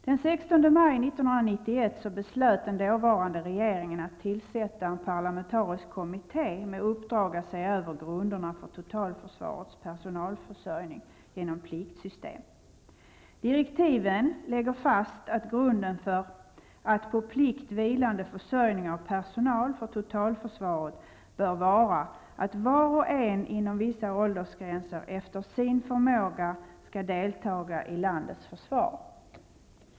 Den 16 maj 1991 beslutade den dåvarande regeringen att tillsätta en parlamentarisk kommitté med uppdrag att se över grunderna för totalförsvarets personalförsörjning genom pliktssystem. Direktiven lägger fast att grunden för en på plikt vilande försörjning av personal för totalförsvaret bör vara att var och en inom vissa åldersgränser efter sin förmåga skall deltaga i landets försvar.